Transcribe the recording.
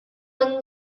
and